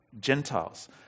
Gentiles